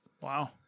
Wow